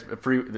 free